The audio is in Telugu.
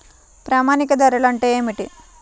ప్రామాణిక ధరలు అంటే ఏమిటీ?